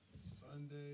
Sunday